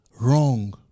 Wrong